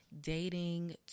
dating